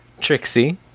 Trixie